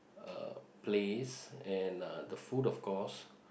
uh place and uh the food of course